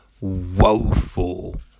woeful